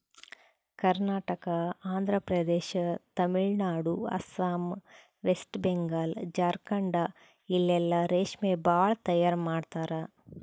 Karnataka, Andhra Pradesh, Tamil Nadu, Assam, west Bengal, Jharkhand ಇಲ್ಲೆಲ್ಲಾ ರೇಶ್ಮಿ ಭಾಳ್ ತೈಯಾರ್ ಮಾಡ್ತರ್